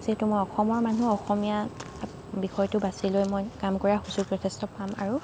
যিহেতু মই অসমৰ মানুহ অসমীয়া বিষয়টো বাচি লৈ মই কাম কৰাৰ সুযোগ যথেষ্ট পাম আৰু